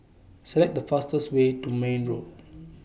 Select The fastest Way to Mayne Road